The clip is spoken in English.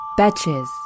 BETCHES